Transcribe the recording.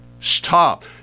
Stop